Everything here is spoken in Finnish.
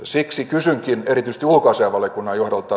siksi kysynkin erityisesti ulkoasiainvaliokunnan johdolta